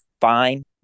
fine